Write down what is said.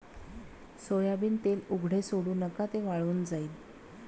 soybean तेल उघडे सोडू नका, ते वाळून जाईल